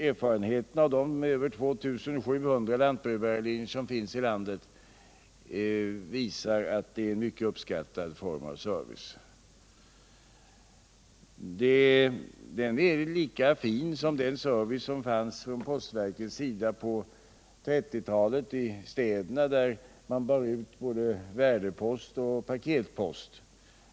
Erfarenheterna av de över 2 700 lantbrevbärarlinjer som finns i landet visar också att detta är en mycket uppskattad form av service. Den är lika fin som den service som postverket hade på 1930-talet i städerna, där man bar ut både värdepost och paketpost.